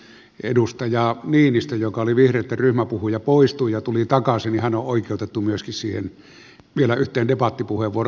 mutta kun edustaja niinistö joka oli vihreitten ryhmäpuhuja poistui ja tuli takaisin niin myöskin hän on oikeutettu vielä yhteen debattipuheenvuoroon